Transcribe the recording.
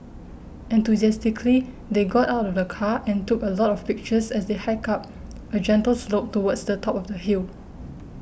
enthusiastically they got out of the car and took a lot of pictures as they hiked up a gentle slope towards the top of the hill